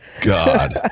God